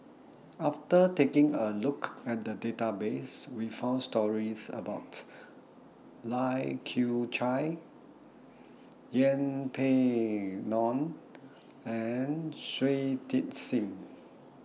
after taking A Look At The Database We found stories about Lai Kew Chai Yeng Pway Ngon and Shui Tit Sing